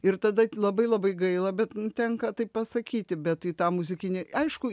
ir tada labai labai gaila bet tenka taip pasakyti bet į tą muzikinį aišku